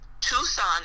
Tucson